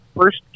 first